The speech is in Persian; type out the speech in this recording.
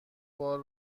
بار